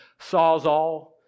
sawzall